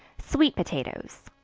sweet potatoes.